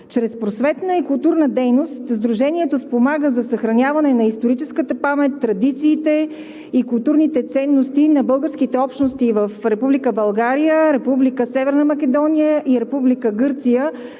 Чрез просветна и културна дейност Сдружението спомага за съхраняване на историческата памет, традициите и културните ценности на българските общности в Република България, в Република Северна Македония и Република